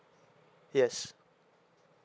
yes